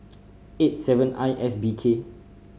eight seven I S B K